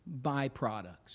byproducts